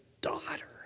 daughter